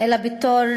אלא בתור